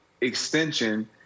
extension